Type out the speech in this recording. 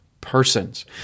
persons